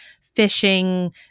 fishing